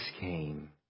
came